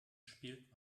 spielt